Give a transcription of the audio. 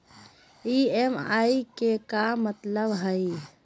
EMI के का मतलब हई?